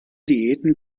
diäten